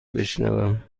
بشنوم